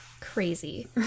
crazy